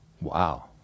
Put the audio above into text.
Wow